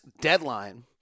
deadline